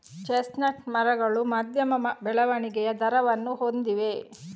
chestnut ಮರಗಳು ಮಧ್ಯಮ ಬೆಳವಣಿಗೆಯ ದರವನ್ನು ಹೊಂದಿವೆ